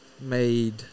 made